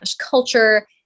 culture